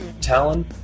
Talon